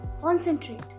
concentrate